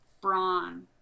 Brawn